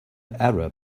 arab